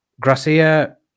Gracia